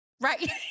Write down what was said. Right